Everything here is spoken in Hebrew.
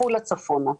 עפולה צפונה,